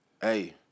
Hey